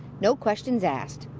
no questions asked.